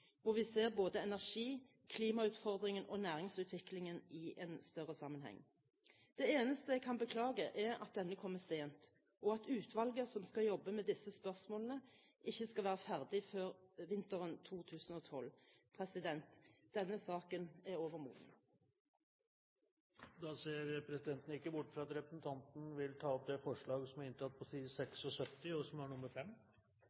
hvor vi ber om en stortingsmelding om en helhetlig energipolitikk hvor vi ser både energi, klimautfordringen og næringsutvikling i en større sammenheng. Det eneste jeg kan beklage, er at denne kommer sent, og at utvalget som skal jobbe med disse spørsmålene, ikke skal være ferdig før vinteren 2012. Denne saken er overmoden. Jeg tar herved opp det forslaget i innstillingen som